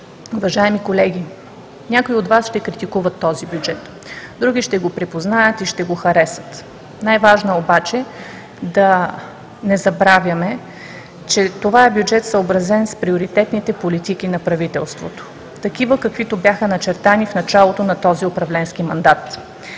уважаеми колеги, някои от Вас ще критикуват този бюджет, други ще го припознаят и ще го харесат. Най-важно е обаче да не забравяме, че това е бюджет, съобразен с приоритетните политики на правителството, каквито бяха начертани в началото на този управленски мандат.